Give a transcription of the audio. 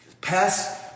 Pass